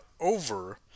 over